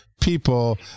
people